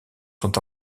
sont